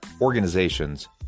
organizations